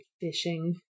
Fishing